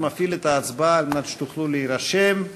אני מפעיל את ההצבעה על מנת שתוכלו להירשם.